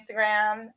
Instagram